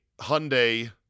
Hyundai